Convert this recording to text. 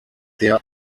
der